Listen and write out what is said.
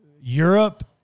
Europe